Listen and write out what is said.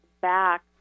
back